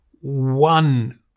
one